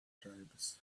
tribes